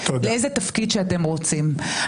לאיזה תפקיד שאתם רוצים.